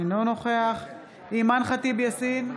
אינו נוכח אימאן ח'טיב יאסין,